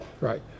Right